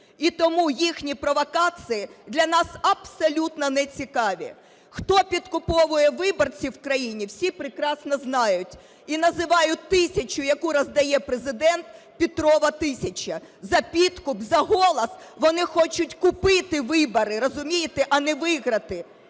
і тому їхні провокації для нас абсолютно не цікаві. Хто підкуповує виборців у країні, всі прекрасно знають, і називають тисячу, яку роздає Президент, "Петрова тисяча". За підкуп, за голос вони хочуть купити вибори – розумієте? – а не виграти.